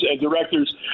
directors